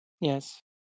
Yes